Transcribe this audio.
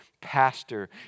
pastor